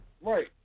Right